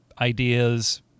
ideas